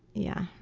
yeah.